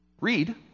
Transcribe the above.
Read